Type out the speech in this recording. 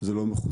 זה לא מכוסה.